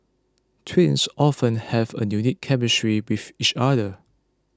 twins often have a unique chemistry with each other